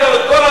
את כל אפריקה?